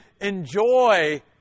enjoy